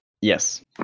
Yes